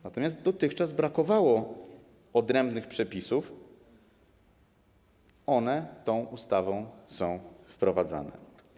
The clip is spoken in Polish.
Natomiast do tej pory brakowało odrębnych przepisów - one tą ustawą są wprowadzane.